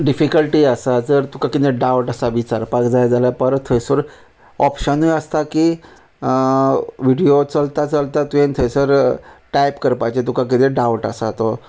difficulty आसा जर तुका किदें डावट आसा विचारपाक जाय जाल्या परत थंयसर ऑप्शनूय आसता की विडयो चलता चलता तुवें थंयसर टायप करपाचें तुका कितें डावट आसा तो